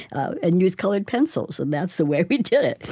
ah and used colored pencils. and that's the way we did it.